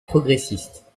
progressiste